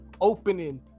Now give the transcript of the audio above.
opening